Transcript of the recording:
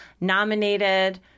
nominated